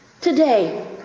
Today